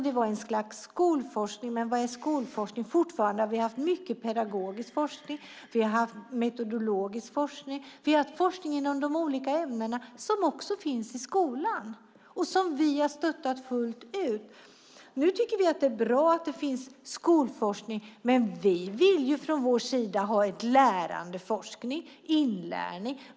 Det var ett slags skolforskning. Vad är skolforskning? Vi har haft mycket pedagogisk forskning. Vi har haft metodologisk forskning. I har haft forskning inom de olika ämnena som också finns i skolan, och den har vi stöttat fullt ut. Nu tycker vi att det är bra att det finns skolforskning, men vi vill ha en lärandeforskning om inlärning.